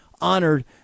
honored